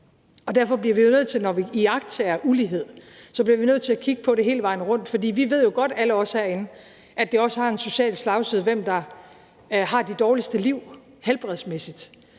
Derfor bliver vi jo nødt til, når vi iagttager ulighed, at kigge på det hele vejen rundt. For alle os herinde ved jo godt, at det også har en social slagside, hvem der har de dårligste liv helbredsmæssigt.